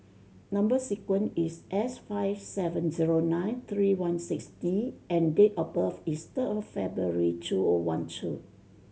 number sequence is S five seven zero nine three one six D and date of birth is third of February two O one two